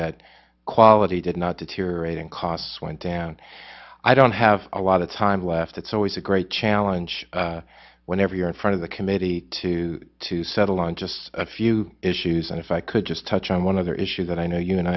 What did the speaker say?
that quality did not deteriorating costs went down i don't have a lot of time left it's always a great challenge whenever you're in front of the committee to to settle on just a few issues and if i could just touch on one other issue that i know you and